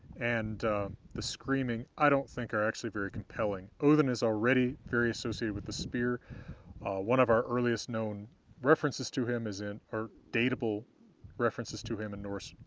and the screaming i don't think are actually very compelling. odinn is already very associated with the spear one of our earliest known references to him is in or dateable references to him in norse